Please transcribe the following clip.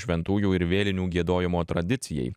šventųjų ir vėlinių giedojimo tradicijai